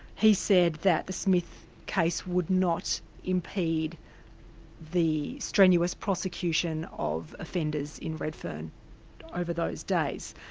he said that the smith case would not impede the strenuous prosecution of offenders in redfern over those days.